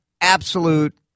absolute